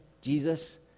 Jesus